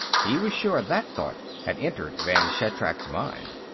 he was sure that thought had entered vann shatrak's mind.